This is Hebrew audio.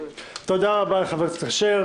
תודה רבה לחבר הכנסת אשר.